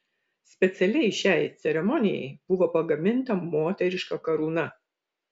specialiai šiai ceremonijai buvo pagaminta moteriška karūna